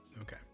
Okay